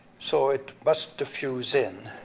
so it must diffuse in.